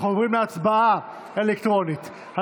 אנחנו עוברים להצבעה אלקטרונית על